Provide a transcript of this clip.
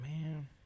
man